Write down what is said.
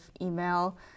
email